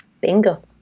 Bingo